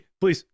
please